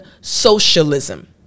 socialism